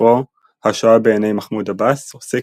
ספרו "השואה בעיני מחמוד עבאס" עוסק